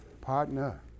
partner